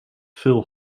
veel